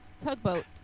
tugboat